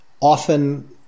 often